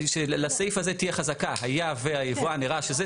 שלסעיף הזה תהיה חזקה "היה והיבואן הראה ש-",